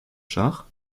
schach